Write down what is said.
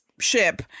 ship